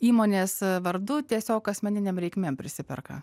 įmonės vardu tiesiog asmeninėm reikmėm prisiperka